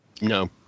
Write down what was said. No